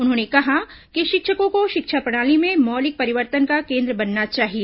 उन्होंने कहा कि शिक्षकों को शिक्षा प्रणाली में मौलिक परिवर्तन का केन्द्र बनना चाहिए